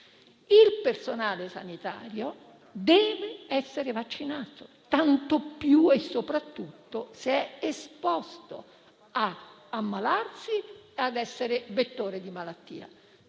il personale sanitario deve essere vaccinato, tanto più e soprattutto se è esposto ad ammalarsi e ad essere vettore di malattia.